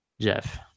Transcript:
Jeff